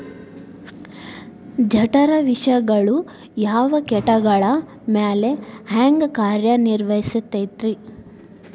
ಜಠರ ವಿಷಗಳು ಯಾವ ಕೇಟಗಳ ಮ್ಯಾಲೆ ಹ್ಯಾಂಗ ಕಾರ್ಯ ನಿರ್ವಹಿಸತೈತ್ರಿ?